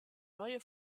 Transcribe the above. neue